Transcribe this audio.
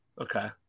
Okay